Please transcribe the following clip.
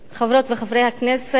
תודה, חברות וחברי הכנסת,